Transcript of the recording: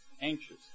anxious